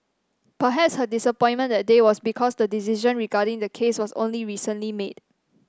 perhaps her disappointment that day was because the decision regarding the case was only recently made